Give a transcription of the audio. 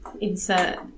Insert